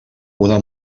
una